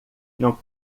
não